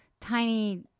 tiny